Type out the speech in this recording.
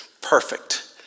Perfect